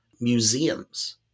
museums